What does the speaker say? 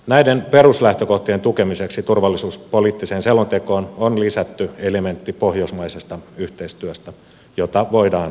näiden peruslähtökohtien tukemiseksi turvallisuuspoliittiseen selontekoon on lisätty elementti pohjoismaisesta yhteistyöstä jota voidaan syventää